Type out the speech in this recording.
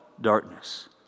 darkness